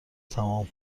تموم